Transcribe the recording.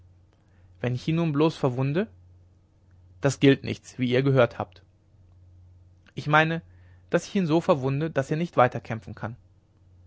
wenn ich ihn nun bloß verwunde das gilt nichts wie ihr gehört habt ich meine daß ich ihn so verwunde daß er nicht weiterkämpfen kann